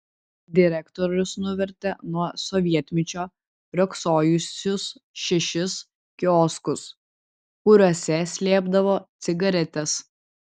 direktorius nuvertė nuo sovietmečio riogsojusius šešis kioskus kuriuose slėpdavo cigaretes